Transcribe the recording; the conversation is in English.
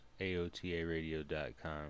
AOTARadio.com